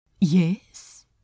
Yes